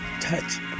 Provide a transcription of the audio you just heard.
touch